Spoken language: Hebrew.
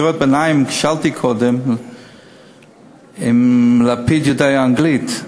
בקריאות ביניים שאלתי קודם אם לפיד יודע אנגלית,